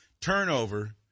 Turnover